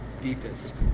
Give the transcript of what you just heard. Deepest